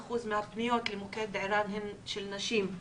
מ-60% מהפניות למוקד ער"ן הן של נשים.